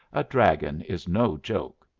a dragon is no joke.